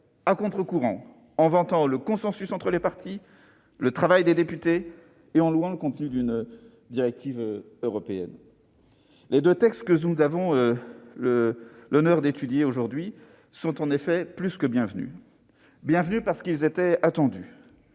politiques, en vantant le consensus entre partis, en saluant le travail des députés et en louant le contenu d'une directive européenne ! Les deux textes que nous avons l'honneur d'étudier aujourd'hui sont plus que bienvenus, parce qu'ils étaient attendus.